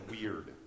weird